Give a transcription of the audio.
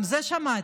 גם את זה שמעתי.